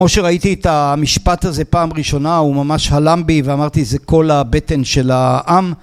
כמו שראיתי את המשפט הזה פעם ראשונה הוא ממש הלם בי ואמרתי זה כל הבטן של העם